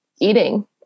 eating